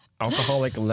alcoholic